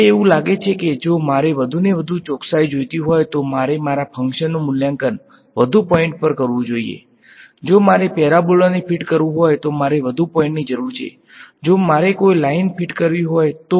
હવે એવું લાગે છે કે જો મારે વધુ ને વધુ ચોકસાઈ જોઈતી હોય તો મારે મારા ફંક્શનનુ મૂલ્યાંકન વધુ પોઈન્ટ પર કરવું જોઈએ જો મારે પેરાબોલાને ફીટ કરવું હોય તો મારે વધુ પોઈન્ટની જરૂર છે જો મારે કોઈ લાઈન ફીટ કરવી હોય તો